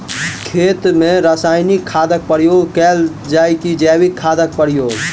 खेत मे रासायनिक खादक प्रयोग कैल जाय की जैविक खादक प्रयोग?